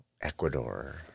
Ecuador